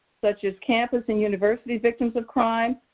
such as campus and university victims of crime,